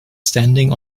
standing